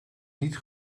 niet